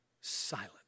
silent